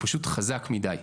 פשוט חזק מדי.